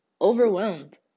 overwhelmed